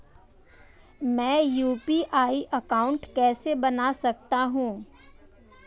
मैं UPI account कैसे बना सकता हूं?